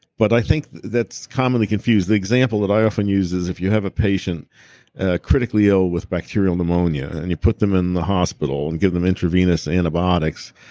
but i think that's commonly confused. the example that i often use is if you have a patient ah critically ill with bacterial pneumonia, and you put them in the hospital and give them intravenous antibiotics,